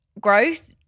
growth